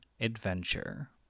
adventure